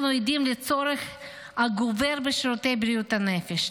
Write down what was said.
אנו עדים לצורך הגובר בשירותי בריאות הנפש.